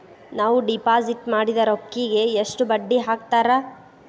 ನಾವು ಡಿಪಾಸಿಟ್ ಮಾಡಿದ ರೊಕ್ಕಿಗೆ ಎಷ್ಟು ಬಡ್ಡಿ ಹಾಕ್ತಾರಾ?